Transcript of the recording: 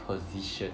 position